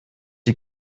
die